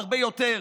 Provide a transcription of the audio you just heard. הרבה יותר,